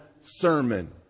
sermon